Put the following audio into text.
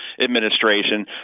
administration